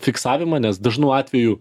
fiksavimą nes dažnu atveju